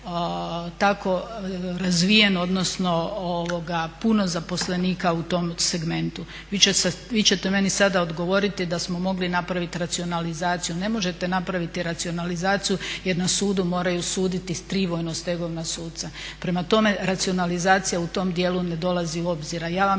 tako razvijen odnosno puno zaposlenika u tom segmentu? Vi ćete meni sada odgovoriti da smo mogli napraviti racionalizaciju. Ne možete napraviti racionalizaciju jer na sudu moraju suditi tri vojnostegovna suca. Prema tome, racionalizacija u tom dijelu ne dolazi u obzir. A ja vam